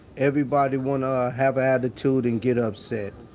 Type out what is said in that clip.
everybody wanna have attitude and get upset.